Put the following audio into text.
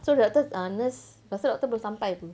so doctor err nurse masa tu doctor belum sampai pun